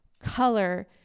color